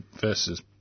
versus